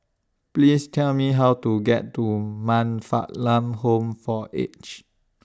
Please Tell Me How to get to Man Fatt Lam Home For Aged